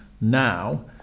now